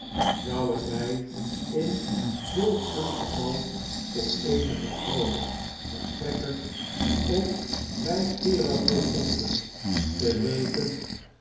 zou het my in zulk een geval tot eenigen troost verstrekken op wpgeerige gronden te weten